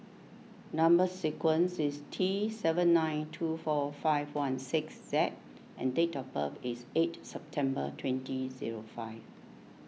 Number Sequence is T seven nine two four five one six Z and date of birth is eight September twenty zero five